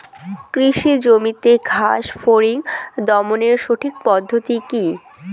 কৃষি জমিতে ঘাস ফরিঙ দমনের সঠিক পদ্ধতি কি?